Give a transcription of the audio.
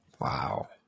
Wow